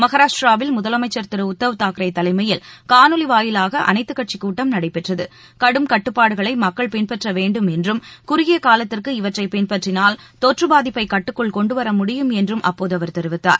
மகாராஷ்டிராவில் முதலமைச்சர் திரு உத்தவ் தாக்கரே தலைமையில் காணொலி வாயிலாக அனைத்துக்கட்சிக் கூட்டம் நடைபெற்றது கடும் கட்டுப்பாடுகளை மக்கள் பின்பற்ற வேண்டும் என்றும் குறுகிய காலத்திற்கு இவற்றை பின்பற்றினால் தொற்றப்பாதிப்பை கட்டுக்குள் கொண்டுவரமுடியும் என்று அப்போது அவர் தெரிவித்தார்